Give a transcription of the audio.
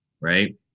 right